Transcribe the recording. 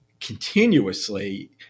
continuously